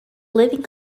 living